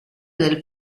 del